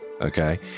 Okay